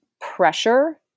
pressure